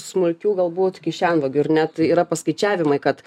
smulkių galbūt kišenvagių ar ne tai yra paskaičiavimai kad